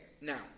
now